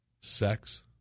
Sex